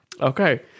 Okay